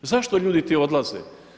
A zašto ljudi ti odlaze?